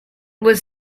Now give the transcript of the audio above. was